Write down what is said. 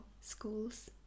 schools